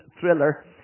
thriller